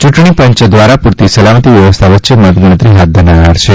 ચૂંટણીપંચ દ્વારા પૂરતી સલામતી વ્યવસ્થા વચ્ચે મતગણતરી ફાથ ધરનાર છે